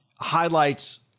highlights